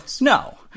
No